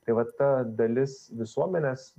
tai vat ta dalis visuomenės